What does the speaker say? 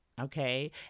okay